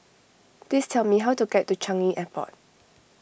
please tell me how to get to Changi Airport